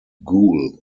ghoul